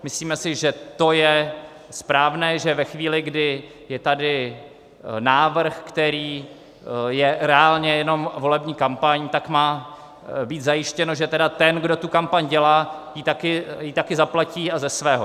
Myslíme si, že to je správné, že ve chvíli, kdy je tady návrh, který je reálně jenom volební kampaň, tak má být zajištěno, že tedy ten, kdo tu kampaň dělá, ji taky zaplatí, a ze svého.